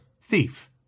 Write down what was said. thief